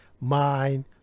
mind